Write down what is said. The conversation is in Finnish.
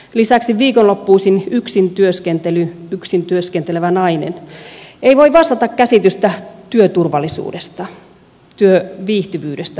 lisäksi viikonloppuisin yksintyöskentely yksin työskentelevä nainen ei voi vastata käsitystä työturvallisuudesta työviihtyvyydestä puhumattakaan